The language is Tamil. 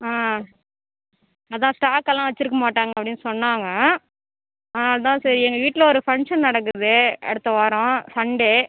ஆ அதான் ஸ்டாக்கெல்லாம் வைச்சிருக்க மாட்டாங்க அப்படின்னு சொன்னாங்க ஆ அதான் சரி எங்கள் வீட்டில் ஒரு ஃபங்ஷன் நடக்குது அடுத்த வாரம் சண்டே